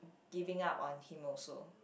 giving up on him also